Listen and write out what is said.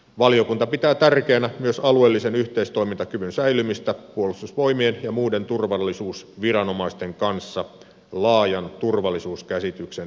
valiokunta pitää tärkeänä myös alueellisen yhteistoimintakyvyn säilymistä puolustusvoimien ja muiden turvallisuusviranomaisten kanssa laajan turvallisuuskäsityksen viitekehyksessä